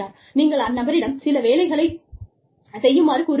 நீங்கள் அந்நபரிடம் சில வேலைகளைச் செய்யுமாறு கூறுகிறீர்கள்